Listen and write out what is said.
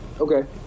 okay